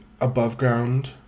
above-ground